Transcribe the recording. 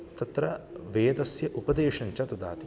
तत्र वेदस्य उपदेशं च ददाति